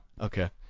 Okay